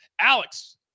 Alex